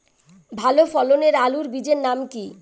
ভালো ফলনের আলুর বীজের নাম কি?